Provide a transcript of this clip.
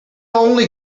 only